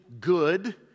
good